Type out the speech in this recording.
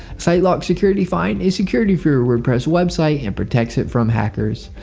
sitelock security find is security for your wordpress website and protects it from hackers.